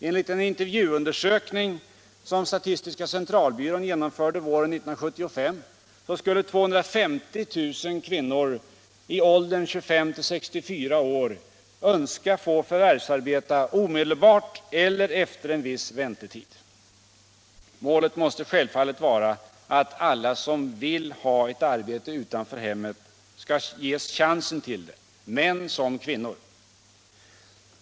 Enligt en intervjuundersökning som statistiska centralbyrån genomförde våren 1975 önskade 250 000 kvinnor i åldern 25-64 år få förvärvsarbete omedelbart eller efter viss väntetid. Målet måste självfallet vara att alla som vill ha ett arbete utanför hemmet skall ges en chans till det — män som kvinnor.